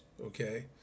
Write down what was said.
Okay